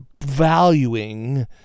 valuing